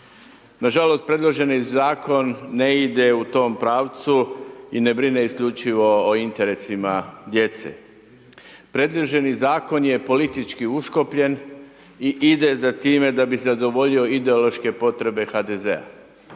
Nažalost predloženi Zakon ne ide u tom pravcu i ne brine isključivo o interesima djece. Predloženi Zakon je politički uškopljen i ide za time da bi zadovoljio ideološke potrebe HDZ-a.